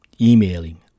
emailing